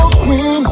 queen